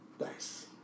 Nice